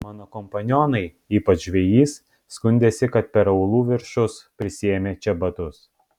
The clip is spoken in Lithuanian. mano kompanionai ypač žvejys skundėsi kad per aulų viršus prisėmė čebatus